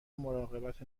مراقبت